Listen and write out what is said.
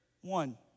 one